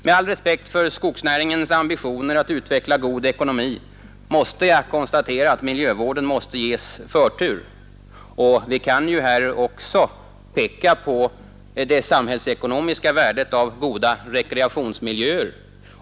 Med all respekt för skogsnäringens ambitioner att utveckla god ekonomi måste jag konstatera att miljövården måste ges förtur. Vi kan också här peka på det samhällsekonomiska värdet av goda rekreationsmiljöer.